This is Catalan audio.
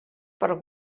per